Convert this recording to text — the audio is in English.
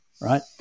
right